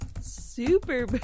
Super